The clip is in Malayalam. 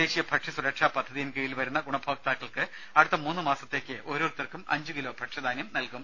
ദേശീയ ഭക്ഷ്യസുരക്ഷാ പദ്ധതിയിൻ കീഴിൽ വരുന്ന ഗുണഭോക്താക്കൾക്ക് അടുത്ത മൂന്നുമാസത്തേക്ക് ഓരോരുത്തർക്കും അഞ്ചുകിലോ ഭക്ഷ്യധാന്യം നൽകും